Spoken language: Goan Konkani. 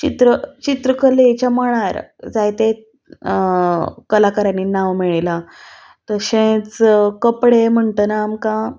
चित्र चित्रकलेच्या मळार जायते कलाकारांनी नांव मेळयला तशेंच कपडे म्हणटना आमकां